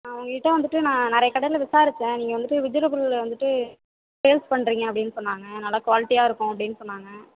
ஆ உங்கள்கிட்ட வந்துவிட்டு நான் நிறைய கடையில் விசாரித்தேன் நீங்கள் வந்துவிட்டு வெஜிடேபுள்ளு வந்துவிட்டு சேல்ஸ் பண்ணுறிங்க அப்டின்னு சொன்னாங்க நல்லா குவால்ட்டியாக இருக்கும் அப்டின்னு சொன்னாங்க